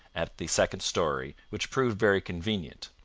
at the second storey, which proved very convenient.